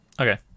Okay